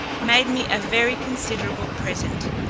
made me a very considerable present.